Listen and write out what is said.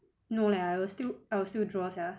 no lah I will still I will still draw sia